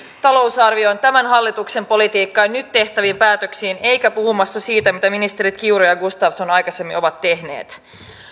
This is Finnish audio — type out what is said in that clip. talousarvioon tämän hallituksen politiikkaan ja nyt tehtäviin päätöksiin eikä puhumassa siitä mitä ministerit kiuru ja gustafsson aikaisemmin ovat tehneet